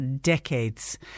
decades